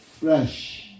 fresh